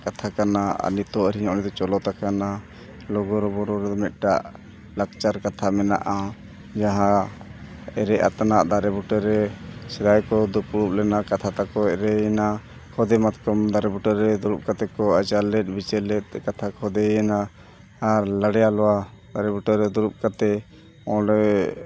ᱠᱟᱛᱷᱟ ᱠᱟᱱᱟ ᱟᱨ ᱱᱤᱛᱳᱜ ᱨᱮᱦᱚᱸ ᱚᱸᱰᱮ ᱫᱚ ᱪᱚᱞᱚᱛ ᱟᱠᱟᱱᱟ ᱞᱩᱜᱩᱼᱵᱩᱨᱩ ᱨᱮᱫᱚ ᱢᱤᱫᱴᱟᱝ ᱞᱟᱠᱪᱟᱨ ᱠᱟᱛᱷᱟ ᱢᱮᱱᱟᱜᱼᱟ ᱡᱟᱦᱟᱸ ᱨᱮ ᱟᱛᱱᱟᱜ ᱫᱟᱨᱮ ᱵᱩᱴᱟᱹ ᱨᱮ ᱥᱮᱫᱟᱭ ᱠᱚ ᱫᱩᱯᱲᱩᱵ ᱞᱮᱱᱟ ᱠᱟᱛᱷᱟ ᱛᱟᱠᱚ ᱮᱨᱮᱭᱮᱱᱟ ᱠᱷᱚᱫᱮ ᱢᱟᱛᱠᱚᱢ ᱫᱟᱨᱮ ᱵᱩᱴᱟᱹ ᱨᱮ ᱫᱩᱲᱩᱵ ᱠᱟᱛᱮᱫ ᱠᱚ ᱟᱪᱟᱨ ᱞᱮᱫ ᱵᱤᱪᱟᱹᱨ ᱞᱮᱫ ᱠᱟᱛᱷᱟ ᱠᱚ ᱠᱷᱚᱫᱮᱭᱮᱱᱟ ᱟᱨ ᱞᱟᱲᱭᱟ ᱞᱚᱣᱟ ᱫᱟᱨᱮ ᱵᱩᱴᱟᱹ ᱨᱮ ᱫᱩᱲᱩᱵ ᱠᱟᱛᱮᱫ ᱚᱸᱰᱮ